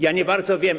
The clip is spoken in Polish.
Ja nie bardzo wiem.